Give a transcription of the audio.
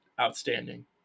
outstanding